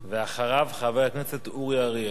ואחריו, חבר הכנסת אורי אריאל.